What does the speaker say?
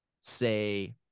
say